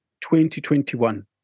2021